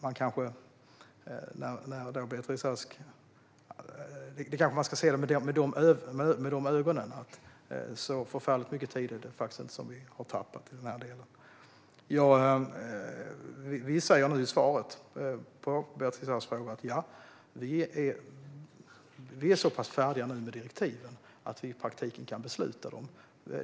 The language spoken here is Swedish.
Man kanske ska se det med de ögonen - så förfärligt mycket tid har vi faktiskt inte tappat. Som jag visade i svaret på Beatrice Asks fråga är vi nu så pass färdiga med direktiven att vi i praktiken kan besluta om dem.